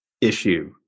issue